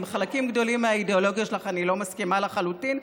עם חלקים גדולים מהאידיאולוגיה שלך אני לא מסכימה לחלוטין,